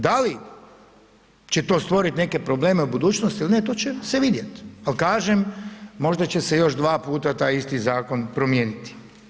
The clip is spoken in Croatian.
Da li će to stvoriti neke probleme u budućnosti ili ne, to će se vidjet ali kažem, možda će se još dva puta taj isti zakon promijeniti.